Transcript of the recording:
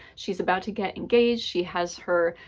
she's about to get engaged, she has her,